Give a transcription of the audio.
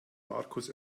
markus